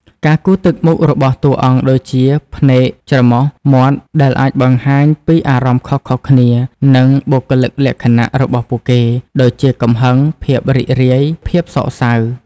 ការគូរទឹកមុខរបស់តួអង្គដូចជាភ្នែក ច្រមុះ មាត់ ដែលអាចបង្ហាញពីអារម្មណ៍ខុសៗគ្នា និងបុគ្គលិកលក្ខណៈរបស់ពួកគេ ដូចជាកំហឹង ភាពរីករាយ ឬភាពសោកសៅ។